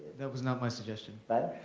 that was not my suggestion. but